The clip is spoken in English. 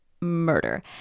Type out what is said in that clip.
murder